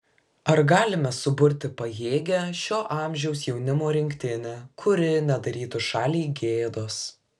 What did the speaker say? ar galime suburti pajėgią šio amžiaus jaunimo rinktinę kuri nedarytų šaliai gėdos